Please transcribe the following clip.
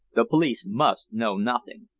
the police must know nothing.